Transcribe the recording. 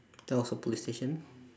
there was a police station